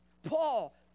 Paul